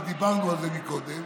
ודיברנו על זה מקודם,